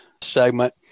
segment